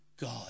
God